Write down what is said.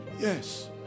Yes